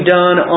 done